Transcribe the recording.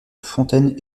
fontaine